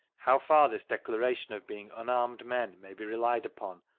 how far this declaration of being unarmed men may be relied upon,